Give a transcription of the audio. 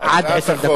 בהצעת החוק